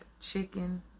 chicken